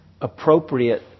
appropriate